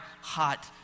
hot